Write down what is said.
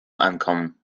ankommen